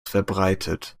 verbreitet